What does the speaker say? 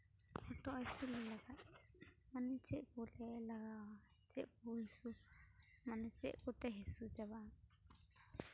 ᱦᱚᱴᱚᱜ ᱦᱟᱹᱥᱩ ᱞᱮᱞᱮᱠᱷᱟᱱ ᱢᱟᱱᱮ ᱪᱮᱫ ᱠᱚᱞᱮ ᱞᱟᱜᱟᱣᱟ ᱪᱮᱫ ᱠᱚ ᱦᱟᱹᱥᱩ ᱢᱟᱱᱮ ᱪᱮᱫ ᱠᱚᱛᱮ ᱦᱟᱹᱥᱩ ᱪᱟᱵᱟᱜᱼᱟ